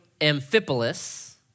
Amphipolis